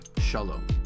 Shalom